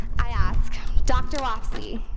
i ask dr. wofsy,